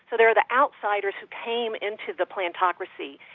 so they are the outsiders who came into the plantocracy.